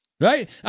right